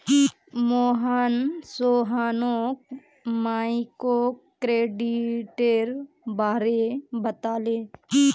मोहन सोहानोक माइक्रोक्रेडिटेर बारे बताले